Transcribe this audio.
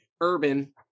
urban